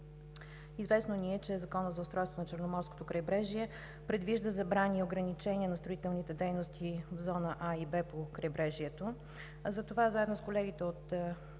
Известно ни е, че Законът за устройството на Черноморското крайбрежие предвижда забрани и ограничения на строителните дейности в зона А и Б по крайбрежието. Затова заедно с колегите от